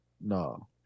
No